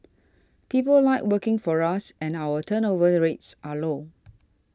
people like working for us and our turnover rates are low